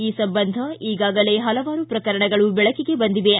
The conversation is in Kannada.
ಈ ಸಂಬಂಧ ಈಗಾಗಲೇ ಪಲವಾರು ಪ್ರಕರಣಗಳು ಬೆಳಕಿಗೆ ಬಂದಿವೆ